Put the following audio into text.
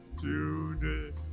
today